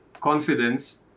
confidence